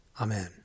Amen